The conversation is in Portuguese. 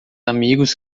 amigos